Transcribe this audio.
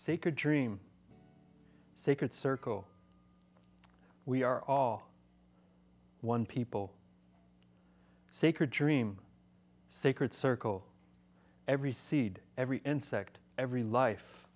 sacred dream sacred circle we are all one people sacred dream sacred circle every seed every insect every life